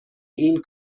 این